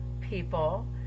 people